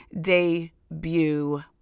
debut